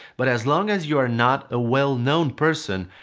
but as long as you are not a well known person,